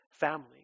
family